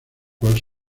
cual